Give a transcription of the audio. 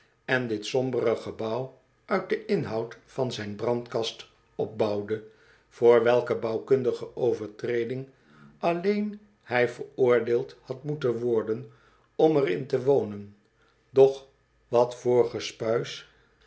en dit sombere gebouw uit den inhoud van zijn brandkast opbouwde voor welke bouwkundige overtreding alleen hij veroordeeld had moeten worden om er in te wonen doch wat